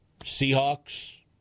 Seahawks